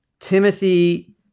Timothy